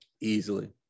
Easily